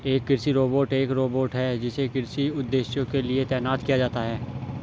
एक कृषि रोबोट एक रोबोट है जिसे कृषि उद्देश्यों के लिए तैनात किया जाता है